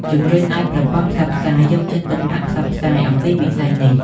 ជំរុញឱ្យប្រព័ន្ធផ្សព្វផ្សាយ យកចិត្តទុកដាក់ផ្សព្វផ្សាយអំពីវិស័យនេះ ។